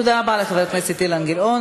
תודה רבה לחבר הכנסת אילן גילאון.